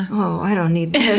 oh, i don't need this.